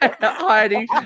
Heidi